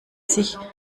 sich